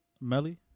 Melly